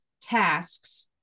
tasks